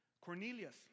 Cornelius